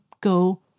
go